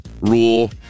rule